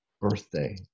birthday